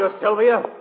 Sylvia